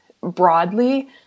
broadly